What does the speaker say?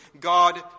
God